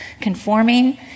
Conforming